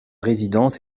résidence